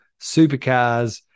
supercars